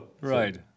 Right